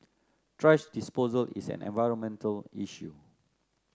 thrash disposal is an environmental issue